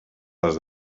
les